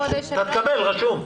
אתה תקבל, רשום.